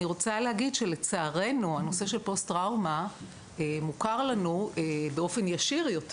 אני רוצה להגיד שלצערנו הנושא של פוסט-טראומה מוכר לנו באופן ישיר יותר.